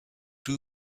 two